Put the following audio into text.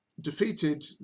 defeated